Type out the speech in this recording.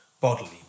bodily